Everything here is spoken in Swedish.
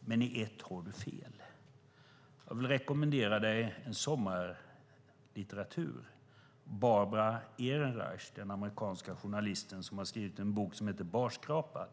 men i ett har du fel. Jag vill rekommendera dig en sommarlitteratur. Barbara Ehrenreich, den amerikanska journalisten, har skrivit en bok som heter Barskrapad .